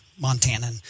Montanan